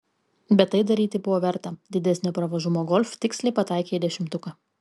bet tai daryti buvo verta didesnio pravažumo golf tiksliai pataikė į dešimtuką